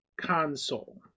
console